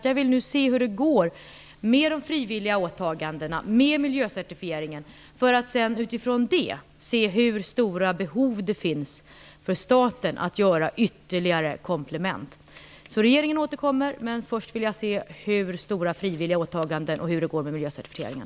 Jag vill se hur det går med de frivilliga åtagandena och med miljöcertifieringen för att utifrån det se hur stora behov det finns för staten att göra ytterligare komplement. Regeringen återkommer alltså, men först vill jag se hur stora de frivilliga åtagandena blir och hur det går med miljöcertifieringen.